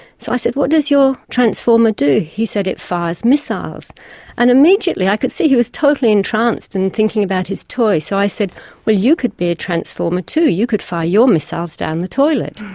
so i said what does your transformer do? he said it fired missiles and immediately i could see he was totally entranced in thinking about his toy so i said well you could be a transformer too, you could fire your missiles down the toilet.